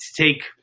take